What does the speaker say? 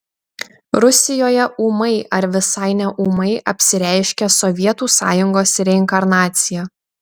rusijoje ūmai ar visai neūmai apsireiškė sovietų sąjungos reinkarnacija